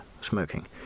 smoking